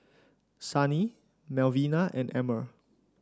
Sunny Melvina and Emmer